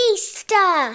Easter